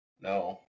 No